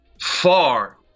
far